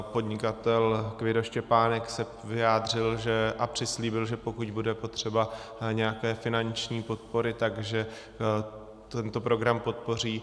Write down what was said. Podnikatel Kvido Štěpánek se vyjádřil a přislíbil, že pokud bude potřeba nějaké finanční podpory, takže tento program podpoří.